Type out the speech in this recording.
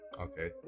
Okay